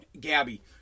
Gabby